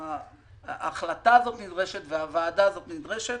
ההחלטה הזאת נדרשת והוועדה הזאת נדרשת,